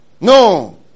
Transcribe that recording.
No